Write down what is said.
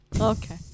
Okay